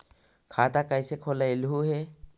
खाता कैसे खोलैलहू हे?